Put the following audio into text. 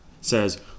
says